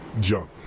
jump